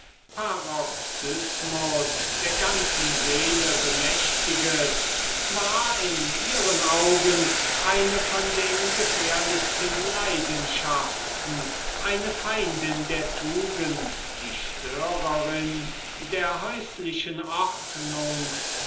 paroxysmus der ganzen seele bemächtiget war in ihren augen eine von den gefährlichsten leidenschaften eine feindin der tugend die störerin der häuslichen